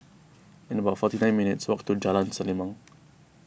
it's about forty nine minutes' walk to Jalan Selimang